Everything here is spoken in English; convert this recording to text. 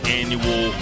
annual